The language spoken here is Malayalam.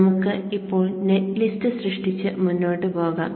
നമുക്ക് ഇപ്പോൾ നെറ്റ് ലിസ്റ്റ് സൃഷ്ടിച്ച് മുന്നോട്ട് പോകാം